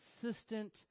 consistent